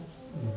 mm